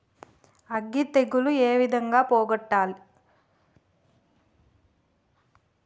అగ్గి తెగులు ఏ విధంగా పోగొట్టాలి?